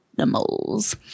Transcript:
animals